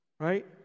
right